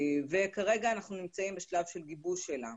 כרגע אנחנו נמצאים בשלב של גיבוש שלה.